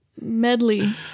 Medley